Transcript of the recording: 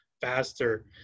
faster